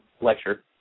lecture